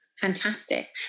fantastic